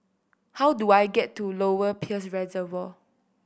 how do I get to Lower Peirce Reservoir